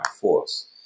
force